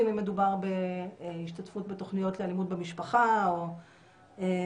אם מדובר בהשתתפות בתוכניות לאלימות משפחה או מענים